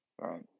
right